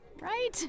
right